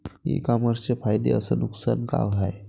इ कामर्सचे फायदे अस नुकसान का हाये